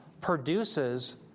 produces